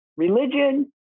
Religion